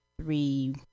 three